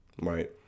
right